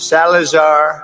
Salazar